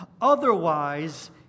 otherwise